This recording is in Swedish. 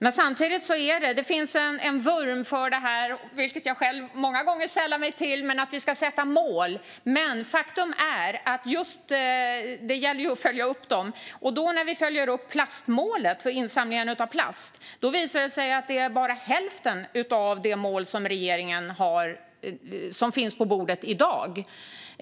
Samtidigt finns det en vurm för, vilket jag själv många gånger sällar mig till, att vi ska sätta mål. Men det gäller att följa upp dem. När vi följer upp målet för insamlingen av plast visar det sig att det bara är hälften av de mål som finns på bordet i dag.